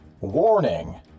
warning